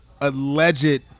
alleged